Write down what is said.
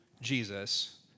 Jesus